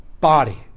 body